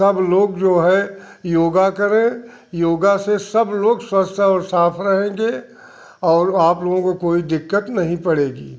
सब लोग जो है योगा करें योगा से सब लोग स्वस्थ और साफ रहेंगे और आप लोगों को कोई दिक्कत नहीं पड़ेगी